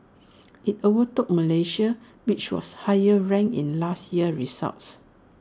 IT overtook Malaysia which was higher ranked in last year's results